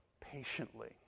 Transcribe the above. patiently